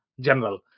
general